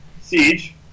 Siege